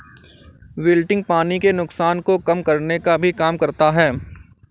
wilting पानी के नुकसान को कम करने का भी काम करता है